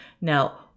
Now